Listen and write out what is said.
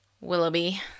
Willoughby